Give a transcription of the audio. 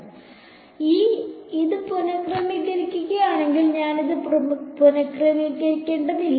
അതിനാൽ ഞാൻ ഇത് പുനഃക്രമീകരിക്കുകയാണെങ്കിൽ ഞാൻ ഇത് പുനഃക്രമീകരിക്കേണ്ടതില്ല